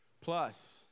plus